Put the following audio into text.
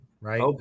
right